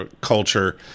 culture